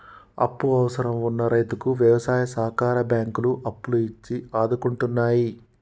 అప్పు అవసరం వున్న రైతుకు వ్యవసాయ సహకార బ్యాంకులు అప్పులు ఇచ్చి ఆదుకుంటున్నాయి